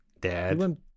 Dad